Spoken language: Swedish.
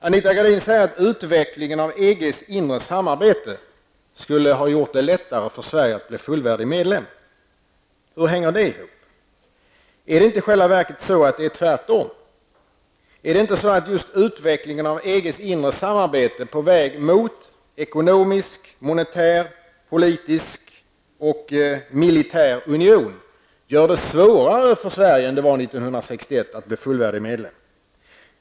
Anita Gradin säger att utvecklingen av EGs inre samarbete skulle ha gjort det lättare för Sverige att bli fullvärdig medlem. Hur hänger det ihop? Är det inte i själva verket tvärtom? Är det inte så att just utvecklingen av EGs inre samarbete på väg mot ekonomisk, monetär, politisk och militär union gör det svårare för Sverige än det var 1961 att bli fullvärdig medlem?